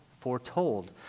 foretold